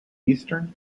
eastern